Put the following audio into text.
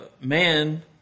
man